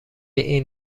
این